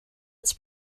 its